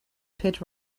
pit